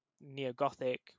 neo-Gothic